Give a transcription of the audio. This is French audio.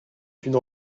d’une